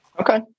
okay